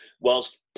whilst